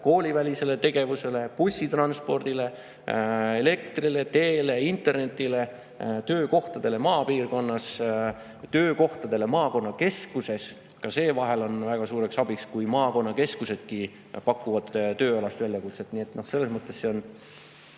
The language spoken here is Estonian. koolivälisele tegevusele, bussitranspordile, elektrile, teedele, internetile, töökohtadele maapiirkonnas, töökohtadele maakonnakeskuses. Ka see on vahel väga suureks abiks, kui maakonnakeskused pakuvad tööalast väljakutset. Nii et selles mõttes see on